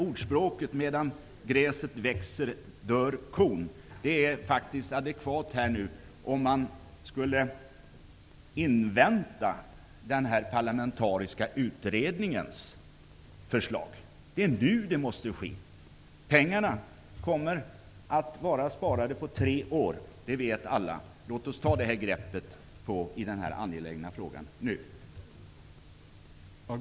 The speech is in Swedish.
Ordspråket ''medan gräset växer dör kon'' blir adekvat om vi inväntar den parlamentariska utredningens förslag. Det är nu besparingarna måste ske. Alla vet att pengarna kommer att sparas in på tre år. Låt oss ta detta grepp i denna angelägna fråga nu.